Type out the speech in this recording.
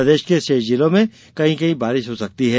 प्रदेश के शेष जिलों में कहीं कहीं बारिश हो सकती है